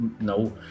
No